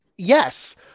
Yes